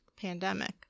pandemic